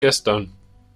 gestern